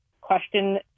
question